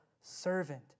servant